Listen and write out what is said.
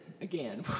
Again